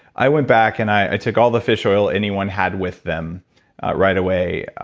i went back and i took all the fish oil anyone had with them right away.